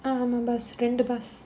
ஆமா:aamaa bus ரெண்டு:rendu bus